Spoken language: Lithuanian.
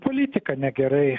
politika negerai